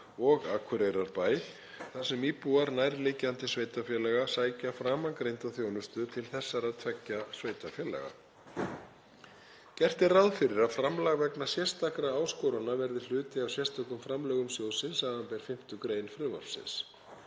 og Akureyrarbæ þar sem íbúar nærliggjandi sveitarfélaga sækja framangreinda þjónustu til þessara tveggja sveitarfélaga. Gert er ráð fyrir að framlag vegna sérstakra áskorana verði hluti af sérstökum framlögum sjóðsins, sbr. 5. gr. frumvarpsins.